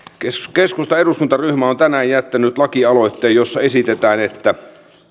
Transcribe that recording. keskustan eduskuntaryhmä on tänään jättänyt lakialoitteen jossa esitetään että